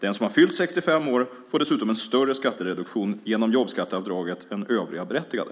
Den som har fyllt 65 år får dessutom en större skattereduktion genom jobbskatteavdraget än övriga berättigade.